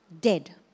dead